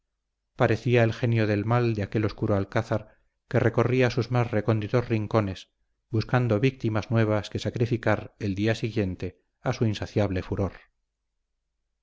parecía el genio del mal de aquel oscuro alcázar que recorría sus más recónditos rincones buscando víctimas nuevas que sacrificar el día siguiente a su insaciable furor